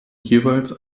jeweils